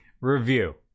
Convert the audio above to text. review